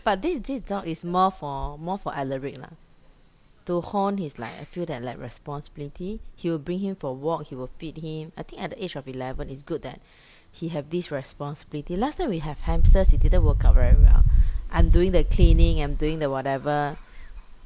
but this this dog is more for more for ellery lah to hone his like I feel that like responsibility he will bring him for a walk he will feed him I think at the age of eleven it's good that he have this responsibility last time we have hamsters it didn't work out very well I'm doing the cleaning I'm doing the whatever